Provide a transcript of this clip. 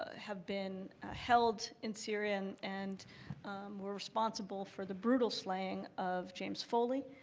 have been held in syria, and and were responsible for the brutal slaying of james foley,